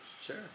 Sure